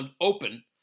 open